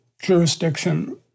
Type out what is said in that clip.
jurisdiction